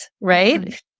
Right